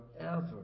forever